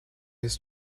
his